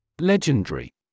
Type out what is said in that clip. Legendary